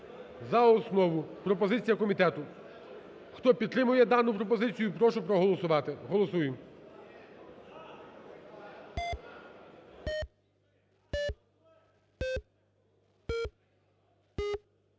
За основу, пропозиція комітету. Хто підтримує дану пропозицію, прошу голосувати. Голосуємо.